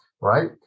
right